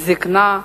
זיקנה,